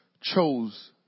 chose